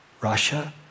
Russia